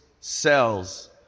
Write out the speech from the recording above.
cells